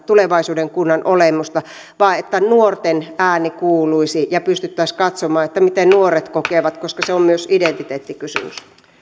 tulevaisuuden kunnan olemusta vaan että nuorten ääni kuuluisi ja pystyttäisiin katsomaan miten nuoret kokevat koska se on myös identiteettikysymys